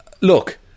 Look